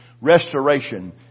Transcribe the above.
Restoration